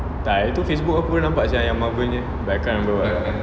tak ah tu Facebook aku baru nampak sia yang Marvel nya but I can't remember what ah